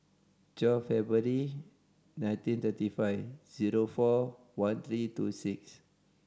twelve nineteen thirty five zero four one three two six